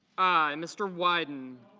i. mr. wyden